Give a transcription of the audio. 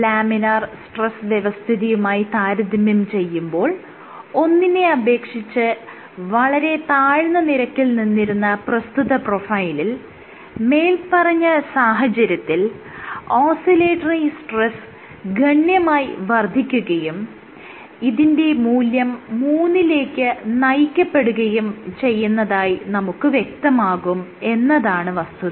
laminar stress വ്യവസ്ഥിതിയുമായി താരതമ്യം ചെയ്യുമ്പോൾ ഒന്നിനെ അപേക്ഷിച്ച് വളരെ താഴ്ന്ന നിരക്കിൽ നിന്നിരുന്ന പ്രസ്തുത പ്രൊഫൈലിൽ മേല്പറഞ്ഞ സാഹചര്യത്തിൽ ഓസ്സിലേറ്ററി സ്ട്രെസ്സ് ഗണ്യമായി വർദ്ധിക്കുകയും ഇതിന്റെ മൂല്യം 3 ലേക്ക് നയിക്കപ്പെടുകയും ചെയ്യുന്നതായി നമുക്ക് വ്യക്തമാകും എന്നതാണ് വസ്തുത